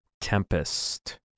Tempest